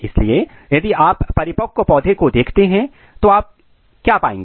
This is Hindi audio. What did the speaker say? इसलिए यदि आप परिपक्व पौधे को दिखते हैं तो आप क्या आप आएंगे